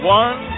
one